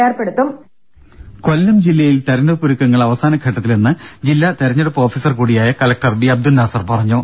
ദേദ കൊല്ലം ജില്ലയിൽ തെരഞ്ഞെടുപ്പ് ഒരുക്കങ്ങൾ അവസാന ഘട്ടത്തിലെന്ന് ജില്ലാ തെരഞ്ഞെടുപ്പ് ഓഫീസർ കൂടിയായ കലക്ടർ ബി അബ്ദുൾ നാസർ പറഞ്ഞു